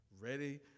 ready